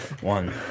one